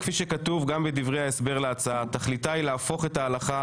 עמית הלוי,